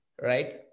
right